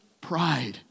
pride